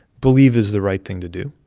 believe is the right thing to do.